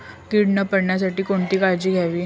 कीड न पडण्यासाठी कोणती काळजी घ्यावी?